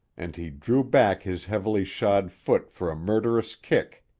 and he drew back his heavily shod foot for a murderous kick,